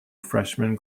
freshman